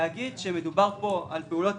להגיד שמדובר פה על פעולות